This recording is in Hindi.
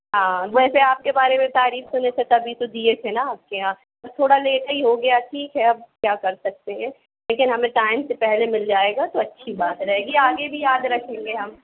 हाँ वैसे आप के बारे में तारीफ सुनने से तभी तो दिए थे ना आपके यहाँ तो थोड़ा लेट ही हो गया ठीक है अब क्या कर सकते हैं लेकिन हमें टाइम से पहले मिल जायेगा तो अच्छी बात रहेंगी आगे भी याद रखेंगे हम